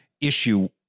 issue